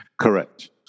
Correct